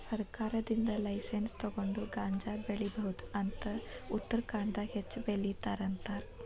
ಸರ್ಕಾರದಿಂದ ಲೈಸನ್ಸ್ ತುಗೊಂಡ ಗಾಂಜಾ ಬೆಳಿಬಹುದ ಅಂತ ಉತ್ತರಖಾಂಡದಾಗ ಹೆಚ್ಚ ಬೆಲಿತಾರ ಅಂತಾರ